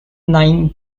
nine